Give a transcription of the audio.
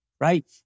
right